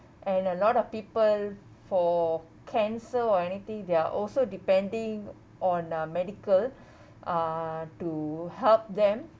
and a lot of people for cancer or anything they're also depending on uh medical uh to help them